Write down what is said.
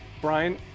brian